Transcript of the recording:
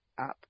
up